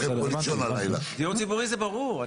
דיור ציבורי זה ברור.